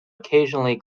occasionally